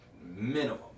minimum